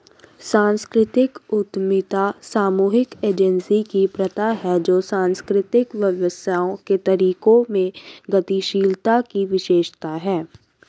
सांस्कृतिक उद्यमिता सामूहिक एजेंसी की प्रथा है जो सांस्कृतिक व्यवसायों के तरीकों में गतिशीलता की विशेषता है